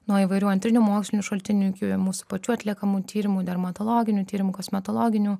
nuo įvairių antrinių mokslinių šaltinių iki mūsų pačių atliekamų tyrimų dermatologinių tyrimų kosmetologinių